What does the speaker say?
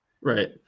Right